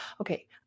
okay